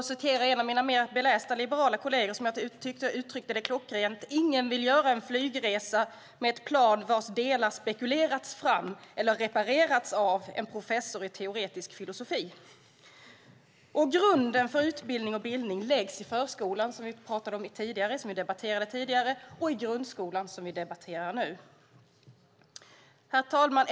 Låt mig citera en av mina mer belästa liberala kolleger, som jag tycker har uttryckt det klockrent: Ingen vill göra en flygresa med ett plan vars delar spekulerats fram eller reparerats av en professor i teoretisk filosofi. Grunden för utbildning och bildning läggs i förskolan, som vi debatterade tidigare i dag, och i grundskolan, som vi debatterar nu. Herr talman!